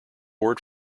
award